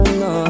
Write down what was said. no